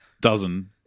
dozen